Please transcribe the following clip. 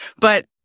but-